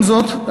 עם זאת,